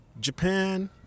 Japan